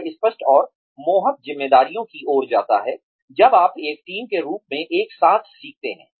यह स्पष्ट और मोहक जिम्मेदारियों की ओर जाता है जब आप एक टीम के रूप में एक साथ सीखते हैं